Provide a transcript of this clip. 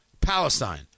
Palestine